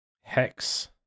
Hex